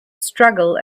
struggle